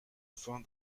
forme